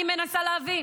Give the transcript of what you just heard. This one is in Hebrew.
אני מנסה להבין